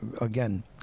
again